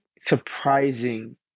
surprising